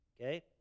Okay